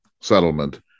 settlement